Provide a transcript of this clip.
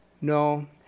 No